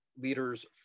leaders